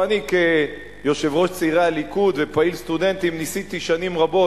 ואני כיושב-ראש צעירי הליכוד ופעיל סטודנטים ניסיתי שנים רבות,